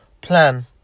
plan